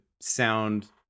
sound